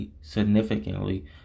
significantly